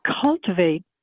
cultivate